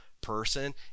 person